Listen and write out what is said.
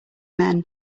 men